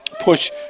push